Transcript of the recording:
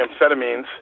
amphetamines